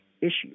issues